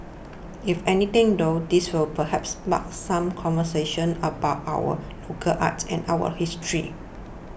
if anything though this will perhaps spark some conversations about our local art and our history